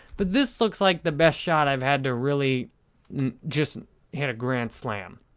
but this looks like the best shot i've had to really just hit a grand slam.